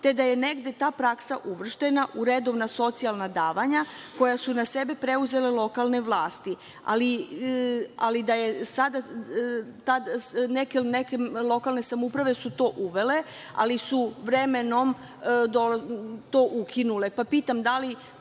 te da je negde ta praksa uvrštena u redovna socijalna davanja koja su na sebe preuzele lokalne vlasti. Neke lokalne samouprave su to uvele, ali su vremenom to ukinule, pa pitam – da li